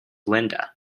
linda